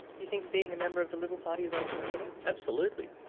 you think being a member of the liberal party is unfulfilling? absolutely.